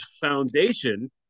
foundation